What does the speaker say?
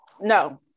No